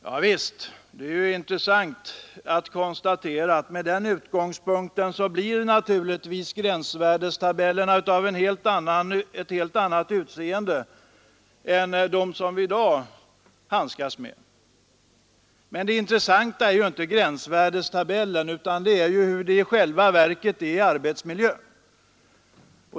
Javisst, det är intressant att konstatera att gränsvärdestabellerna med den utgångspunkten naturligtvis får ett helt annat utseende än dem vi i dag handskas med. Men det viktiga är inte gränsvärdestabellerna utan själva arbetsmiljön.